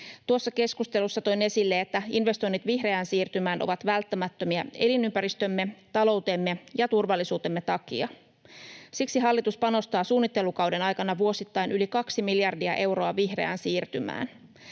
Tuossa keskustelussa toin esille, että investoinnit vihreään siirtymään ovat välttämättömiä elinympäristömme, taloutemme ja turvallisuutemme takia. Siksi hallitus panostaa suunnittelukauden aikana vuosittain yli kaksi miljardia euroa vihreään siirtymään.